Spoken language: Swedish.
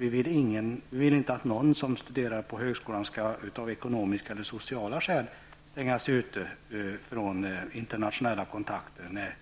Vi vill inte att någon som studerar på högskolan av ekonomiska eller sociala skäl skall stängas ute ifrån internationella kontakter när